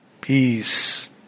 peace